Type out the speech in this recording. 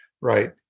right